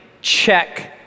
check